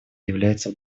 являются